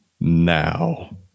now